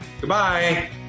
Goodbye